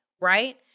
right